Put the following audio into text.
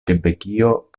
kebekio